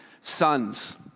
Sons